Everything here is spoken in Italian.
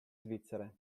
svizzere